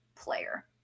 player